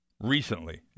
recently